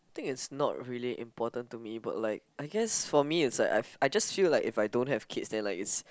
I think it's not really important to me but like I guess for me it's like I've I just feel like if I don't have kids then like it's